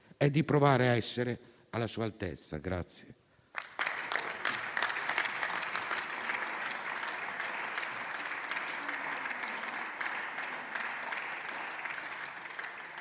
è di provare a essere alla sua altezza.